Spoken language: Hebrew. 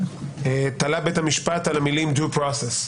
הפלילי תלה בית המשפט על המילים Due Process.